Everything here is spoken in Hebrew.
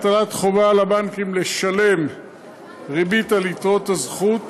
הטלת חובה על הבנקים לשלם ריבית על יתרות הזכות